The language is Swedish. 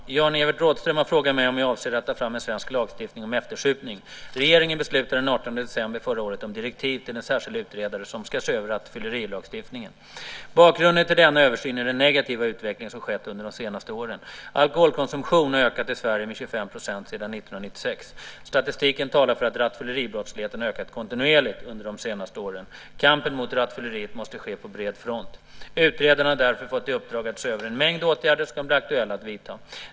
Fru talman! Jan-Evert Rådhström har frågat mig om jag avser att ta fram en svensk lagstiftning om eftersupning. Regeringen beslutade den 18 december förra året om direktiv till en särskild utredare som ska se över rattfyllerilagstiftningen. Bakgrunden till denna översyn är den negativa utveckling som skett under de senaste åren. Alkoholkonsumtionen har ökat i Sverige med 25 % sedan 1996. Statistiken talar för att rattfylleribrottsligheten har ökat kontinuerligt under de senaste åren. Kampen mot rattfylleriet måste ske på bred front. Utredaren har därför fått i uppdrag att se över en mängd åtgärder som kan bli aktuella att vidta.